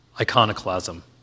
iconoclasm